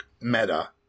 meta